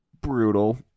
Brutal